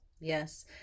Yes